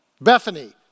Bethany